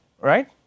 right